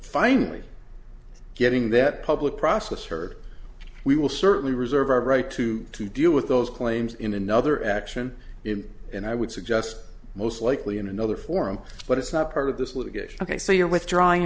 finally getting that public process hurt we will certainly reserve our right to to deal with those claims in another action in and i would suggest most likely in another forum but it's not part of this litigation ok so you're withdrawing